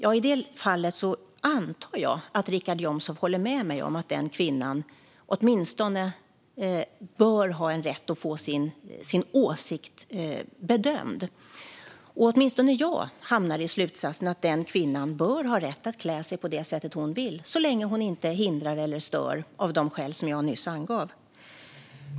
I det fallet antar jag att Richard Jomshof håller med mig om att den kvinnan åtminstone bör ha en rätt att få sin åsikt bedömd. Åtminstone jag hamnar i slutsatsen att den kvinnan bör ha rätt att klä sig på det sätt hon vill så länge hon inte hindrar eller stör av de skäl som jag nyss angav.